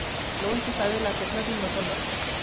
Loan चुकावे ला कितना दिन बचल बा?